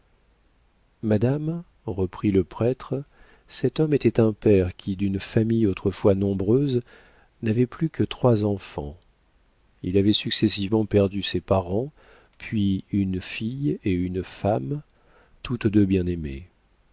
madame reprit le prêtre cet homme était un père qui d'une famille autrefois nombreuse n'avait plus que trois enfants il avait successivement perdu ses parents puis une fille et une femme toutes deux bien